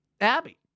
Abby